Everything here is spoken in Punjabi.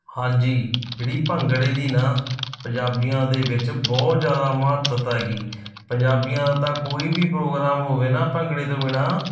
ਹਾਂਜੀ ਜਿਹੜੀ ਭੰਗੜੇ ਦੀ ਨਾ ਪੰਜਾਬੀਆਂ ਦੇ ਵਿੱਚ ਬਹੁਤ ਜ਼ਿਆਦਾ ਮਹੱਤਤਾ ਹੈਗੀ ਪੰਜਾਬੀਆਂ ਦਾ ਤਾਂ ਕੋਈ ਵੀ ਪ੍ਰੋਗਰਾਮ ਹੋਵੇ ਨਾ ਭੰਗੜੇ ਤੋਂ ਬਿਨਾਂ